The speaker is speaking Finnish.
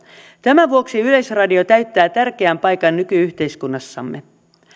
tämän vuoksi yleisradio täyttää tärkeän paikan nyky yhteiskunnassamme